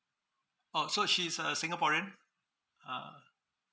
oh so she is a singaporean uh